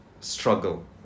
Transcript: struggle